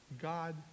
God